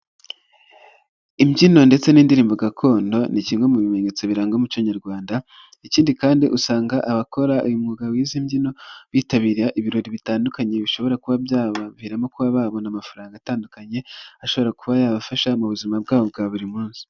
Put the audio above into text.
Imbyino ndetse n'indirimbo gakondo, ni kimwe mu bimenyetso biranga umuco nyarwanda, ikindi kandi usanga abakora uyu mwuga w'izi mbyino, bitabira ibirori bitandukanye bishobora kuba byabaviramo kuba babona amafaranga atandukanye, ashobora kuba yabafasha mu buzima bwabo bwa buri munsi.